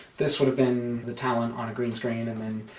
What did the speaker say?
this would have been the talent on a green screen and then,